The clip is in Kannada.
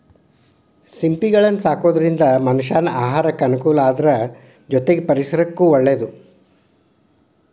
ಸಿಂಪಿಗಳನ್ನ ಸಾಕೋದ್ರಿಂದ ಮನಷ್ಯಾನ ಆಹಾರಕ್ಕ ಅನುಕೂಲ ಅದ್ರ ಜೊತೆಗೆ ಪರಿಸರಕ್ಕೂ ಒಳ್ಳೇದು